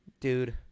dude